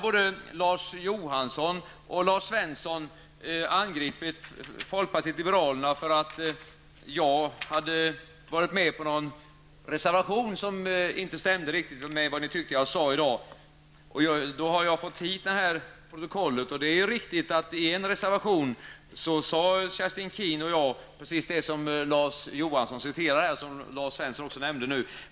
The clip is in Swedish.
Både Larz Johansson och Lars Svensson har angripit folkpartiet för att jag i dag skulle ha sagt något som inte överensstämmer med innehållet i en reservation som jag har skrivit under. Det är riktigt att Kerstin Keen och jag i en tidigare reservation har sagt precis det som Larz Johansson här citerade och som också Lars Svensson nämnde.